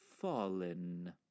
fallen